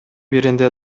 биринде